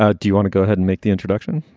ah do you want to go ahead and make the introduction?